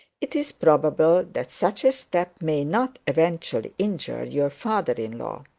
it is probable that such a step may not eventually injure your father-in-law.